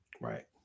Right